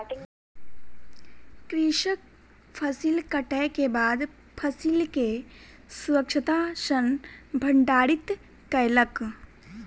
कृषक फसिल कटै के बाद फसिल के स्वच्छता सॅ भंडारित कयलक